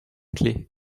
clé